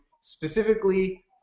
specifically